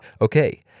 Okay